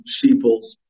Sheeples